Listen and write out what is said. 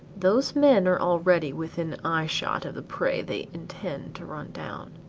those men are already within eye-shot of the prey they intend to run down.